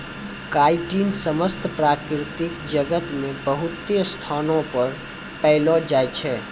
chitin समस्त प्रकृति जगत मे बहुते स्थानो पर पैलो जाय छै